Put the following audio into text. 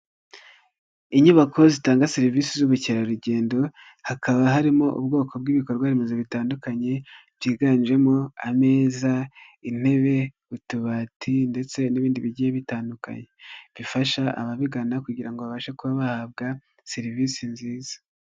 Inyubako zitanga serivisi z'ubukerarugendo hakaba harimo ubwoko bw'ibikorwaremezo bitandukanye byiganjemo ameza, intebe, utubati, ndetse n'ibindi bigiye bitandukanye bifasha ababigana kugira ngo babashe kubona serivisi nziza.